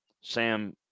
Sam